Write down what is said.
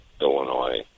Illinois